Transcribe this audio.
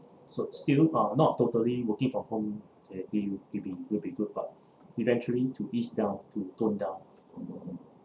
so still uh not totally working for home it it will it will be will be good but eventually to ease down to tone down